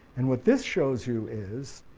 and what this shows you is